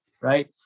right